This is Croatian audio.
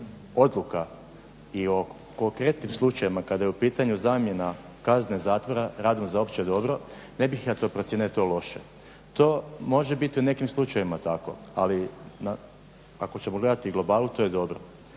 odluka i o konkretnim slučajevima kada je u pitanju zamjena kazne zatvora radom za opće dobro ne bih ja to procijenio da je to loše. To može biti u nekim slučajevima tako, ali ako ćemo gledati u globalu to je dobro.